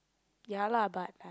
ya lah but